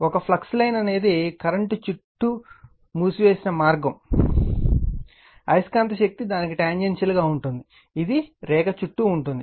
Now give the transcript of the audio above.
ఒక flux line అనేది current చుట్టూ మూసివేసిన మార్గం అయస్కాంత శక్తి దానికి ట్యాన్జెన్షియల్ గా ఉంటుంది ఇది రేఖ చుట్టూ ఉంటుంది